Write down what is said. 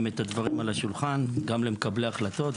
את הדברים על השולחן גם של מקבלי ההחלטות,